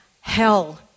hell